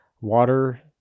water